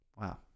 Wow